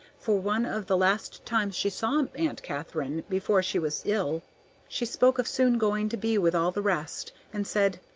for one of the last times she saw aunt katharine before she was ill she spoke of soon going to be with all the rest, and said,